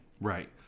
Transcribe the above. Right